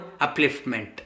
upliftment